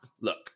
look